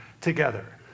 together